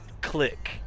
Click